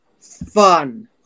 fun